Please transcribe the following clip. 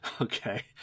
Okay